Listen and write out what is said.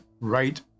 right